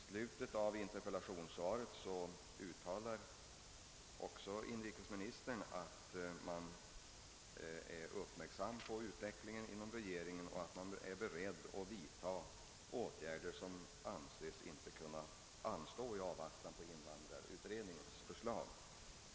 I slutet på interpellationssvaret säger inrikesministern att »regeringen med uppmärksamhet följer utvecklingen och också är beredd att vidta sådana särskilda åtgärder som bedöms inte kunna anstå i avvaktan på invandrarutredningens förslag».